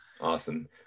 Awesome